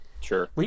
sure